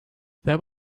there